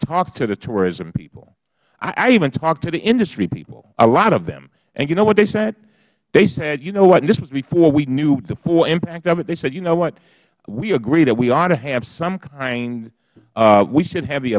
talked to the tourism people i even talked to the industry people a lot of them and you know what they said they said you know whath this is before we knew the full impact of it they said you know what we agree we ought to have some kindh we should have the